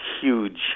huge